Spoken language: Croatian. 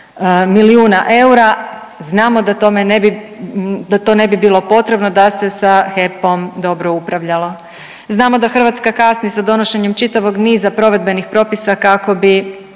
milijuna eura. Znamo da tome ne bi, da to ne bi bilo potrebno da se sa HEP-om dobro upravljalo. Znamo da Hrvatska kasni sa donošenjem čitavog niza provedbenih propisa kako bi